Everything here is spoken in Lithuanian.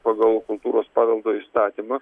pagal kultūros paveldo įstatymą